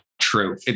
true